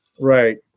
Right